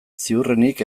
ziurrenik